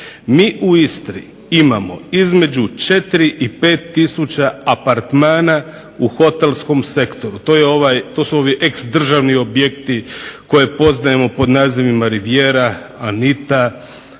Mi u Istri imamo između 4 i 5 tisuća apartmana u hotelskom sektoru. To su ovi ex-državni objekti koje poznajemo pod nazivima "Rivijera", "Anita",